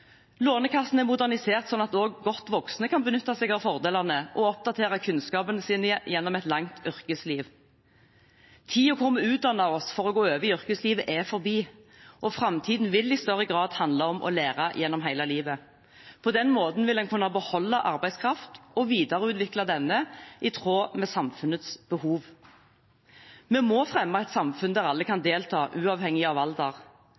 Lånekassen er modernisert sånn at også godt voksne kan benytte seg av fordelene og oppdatere kunnskapene sine gjennom et langt yrkesliv. Tiden hvor vi utdannet oss for å gå over i yrkeslivet, er forbi, og framtiden vil i større grad handle om å lære gjennom hele livet. På den måten vil en kunne beholde arbeidskraft og videreutvikle denne i tråd med samfunnets behov. Vi må fremme et samfunn der alle kan delta, uavhengig av alder,